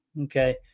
okay